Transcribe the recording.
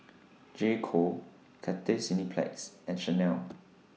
J Co Cathay Cineplex and Chanel